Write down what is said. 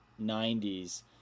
90s